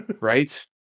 Right